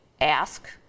ask